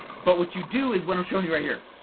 but what you do is what i'm showing you right here.